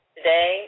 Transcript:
Today